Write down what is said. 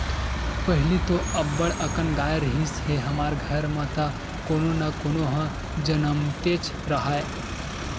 पहिली तो अब्बड़ अकन गाय रिहिस हे हमर घर म त कोनो न कोनो ह जमनतेच राहय